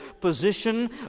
position